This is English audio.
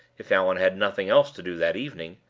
if allan had nothing else to do that evening,